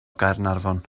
gaernarfon